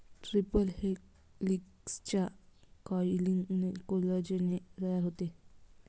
triple हेलिक्सच्या कॉइलिंगने collagen तयार होते